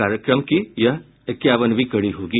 कार्यक्रम की यह इक्यावनवीं कड़ी होगी